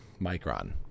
Micron